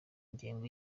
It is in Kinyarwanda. ngengo